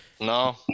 no